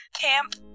Camp